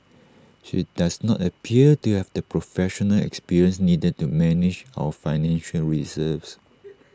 she does not appear to have the professional experience needed to manage our financial reserves